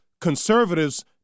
conservatives